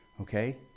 Okay